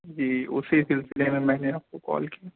جی اُسی سلسلے میں میں نے آپ کو کال کی